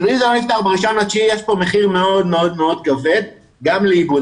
כי --- ב-1.9 יש פה מחיר מאוד מאוד כבד גם לארגון.